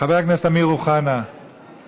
חבר הכנסת אמיר אוחנה נמצא?